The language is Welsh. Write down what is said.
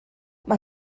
mae